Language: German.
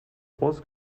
groß